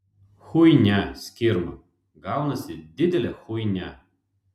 chuinia skirma gaunasi didelė chuinia